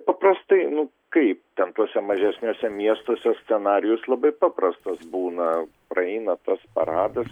paprastai nu kaip ten tuose mažesniuose miestuose scenarijus labai paprastas būna praeina tas paradas